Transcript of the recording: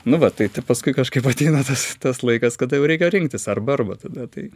nu va tai paskui kažkaip ateina tas tas laikas kada jau reikia rinktis arba arba tada tai